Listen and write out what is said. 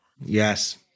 Yes